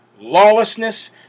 lawlessness